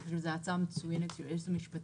אני חושבת שזו הצעה מצוינת של היועצת המשפטי,